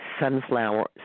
Sunflower